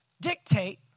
dictate